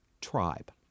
tribe